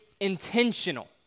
intentional